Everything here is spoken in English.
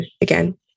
again